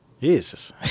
Jesus